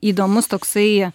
įdomus toksai